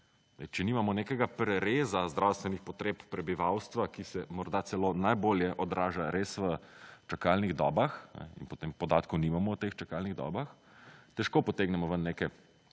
če nimamo nekega prereza zdravstvenih potreb prebivalstva, ki se morda celo najbolje odraža res v čakalnih dobah, in potem podatkov nimamo o teh čakalnih dobah, težko potegnemo ven neke